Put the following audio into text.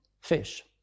Fish